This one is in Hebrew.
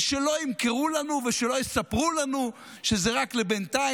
ושלא ימכרו לנו ושלא יספרו לנו שזה רק בינתיים.